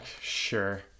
Sure